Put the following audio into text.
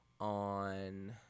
on